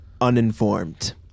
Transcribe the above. uninformed